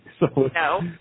No